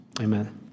Amen